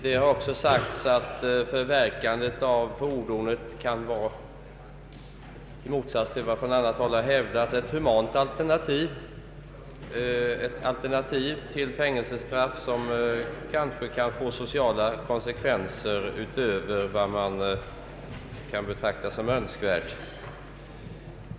Det har även sagts att förverkande av fordonet kan vara i motsats till vad som från annat håll har hävdats — ett humant alternativ till ett fängelsestraff, vilket kanske kan få sociala konsekvenser utöver vad man kan betrakta som önskvärt.